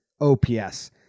OPS